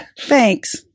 Thanks